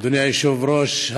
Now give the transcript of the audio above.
אדוני היושב-ראש,